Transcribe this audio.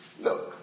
look